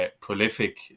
prolific